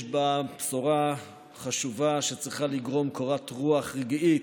יש בה בשורה חשובה שצריכה לגרום קורת רוח רגעית,